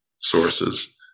sources